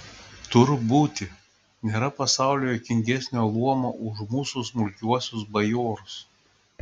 tur būti nėra pasaulyje juokingesnio luomo už mūsų smulkiuosius bajorus